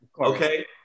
Okay